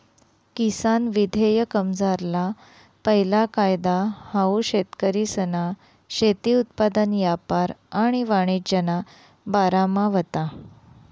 किसान विधेयकमझारला पैला कायदा हाऊ शेतकरीसना शेती उत्पादन यापार आणि वाणिज्यना बारामा व्हता